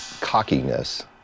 cockiness